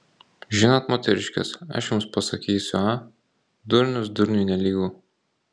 žinot moteriškės aš jums pasakysiu a durnius durniui nelygu